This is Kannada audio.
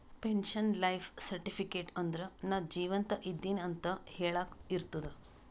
ಪೆನ್ಶನ್ ಲೈಫ್ ಸರ್ಟಿಫಿಕೇಟ್ ಅಂದುರ್ ನಾ ಜೀವಂತ ಇದ್ದಿನ್ ಅಂತ ಹೆಳಾಕ್ ಇರ್ತುದ್